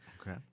Okay